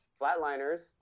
Flatliners